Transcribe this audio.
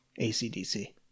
ACDC